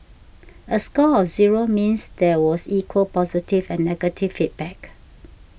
a score of zero means there was equal positive and negative feedback